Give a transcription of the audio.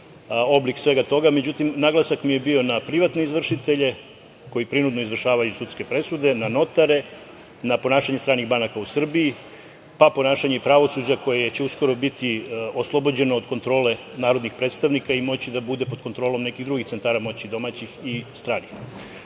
oblik svega toga, međutim, naglasak mi je bio na privatne izvršitelje koji prinudno izvršavaju sudske presude, na notare, na ponašanje stranih banaka u Srbiji, pa ponašanje i pravosuđa koje će uskoro biti oslobođeno od kontrole narodnih predstavnika i moći će da bude pod kontrolom nekih drugih centara moći domaćih i stranih. Što